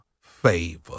favor